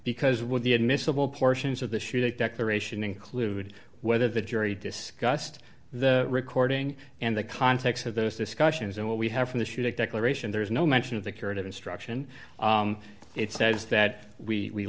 because it would be admissible portions of the shooting declaration include whether the jury discussed the recording and the context of those discussions and what we have from the shooting declaration there is no mention of the curative instruction it says that we